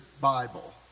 Bible